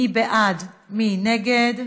מי בעד ומי נגד?